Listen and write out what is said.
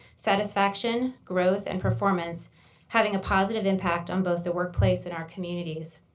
satisfaction, growth, and performance having a positive impact on both the workplace and our communities.